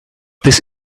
this